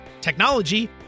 technology